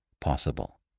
possible